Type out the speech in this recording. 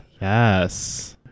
Yes